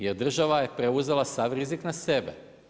Jer država je preuzela sav rizik na sebe.